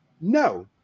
no